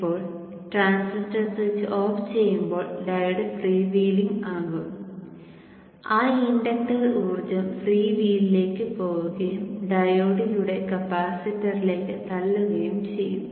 ഇപ്പോൾ transistor switch off ചെയ്യുമ്പോൾ diode free wheeling ആകും ആ ഇൻഡക്റ്റർ ഊർജ്ജം ഫ്രീ വീലിലേക്ക് പോകുകയും ഡയോഡിലൂടെ കപ്പാസിറ്ററിലേക്ക് തള്ളുകയും ചെയ്യും